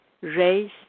raise